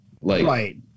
Right